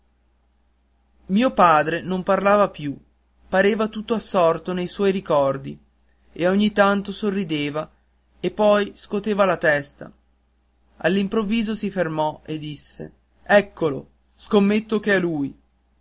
mio padre non parlava più pareva tutto assorto nei suoi ricordi e ogni tanto sorrideva e poi scoteva la testa all'improvviso si fermò e disse eccolo scommetto che è lui